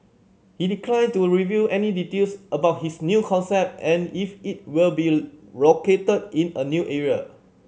he declined to reveal any details about his new concept and if it will be located in a new area